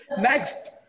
Next